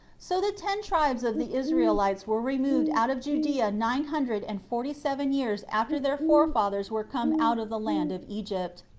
so the ten tribes of the israelites were removed out of judea nine hundred and forty-seven years after their forefathers were come out of the land of egypt,